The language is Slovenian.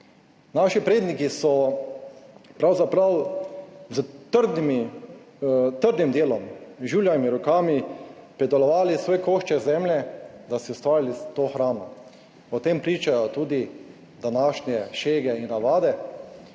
Naši predniki so pravzaprav s trdnimi, s trdim delom, žuljavimi rokami pridelovali svoj košček zemlje, da so si ustvarili to hrano. O tem pričajo tudi današnje šege in navade